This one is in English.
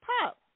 Pop